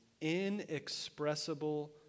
inexpressible